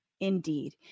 Indeed